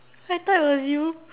I thought it was you